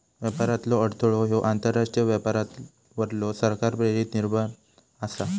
व्यापारातलो अडथळो ह्यो आंतरराष्ट्रीय व्यापारावरलो सरकार प्रेरित निर्बंध आसा